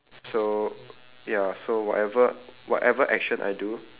so ya so whatever whatever action I do